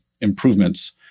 improvements